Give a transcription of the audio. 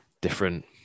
different